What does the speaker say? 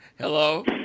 Hello